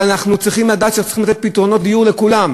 אבל אנחנו צריכים לדעת שאנחנו צריכים לתת פתרונות דיור לכולם,